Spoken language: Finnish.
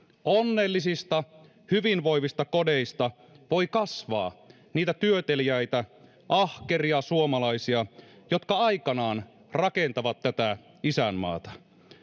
onnellisista hyvinvoivista kodeista voi kasvaa niitä työteliäitä ahkeria suomalaisia jotka aikanaan rakentavat tätä isänmaata